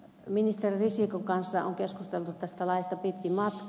ministeri risikon kanssa on keskusteltu tästä laista pitkin matkaa